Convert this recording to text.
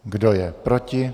Kdo je proti?